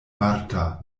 marta